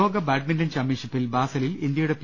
ലോക ബാഡ്മിന്റൺ ചാമ്പ്യൻഷിപ്പിൽ ബാസലിൽ ഇന്ത്യയുടെ പി